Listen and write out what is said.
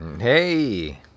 Hey